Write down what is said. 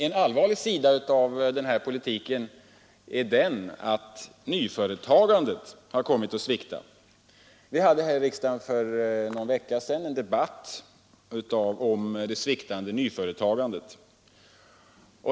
En allvarlig sida av denna politik är att nyföretagandet hämmats. Vi hade för någon vecka sedan en debatt här i riksdagen om det sviktande nyföretagandet.